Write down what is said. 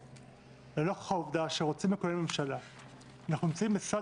נוכח העובדה שרוצים לכונן ממשלה אנחנו נמצאים בסד